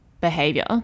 behavior